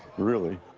really.